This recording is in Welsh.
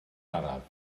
araf